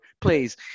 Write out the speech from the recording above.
please